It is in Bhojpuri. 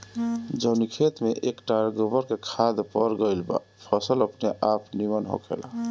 जवनी खेत में एक टायर गोबर के खाद पड़ गईल बा फसल अपनेआप निमन होखेला